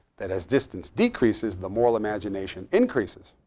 that as distance decreases, the moral imagination increases.